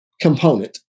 component